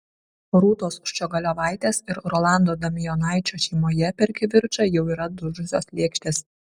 rūtos ščiogolevaitės ir rolando damijonaičio šeimoje per kivirčą jau yra dužusios lėkštės